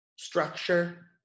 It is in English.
structure